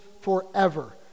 forever